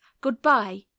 Goodbye